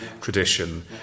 tradition